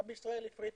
גם בישראל הפריטו.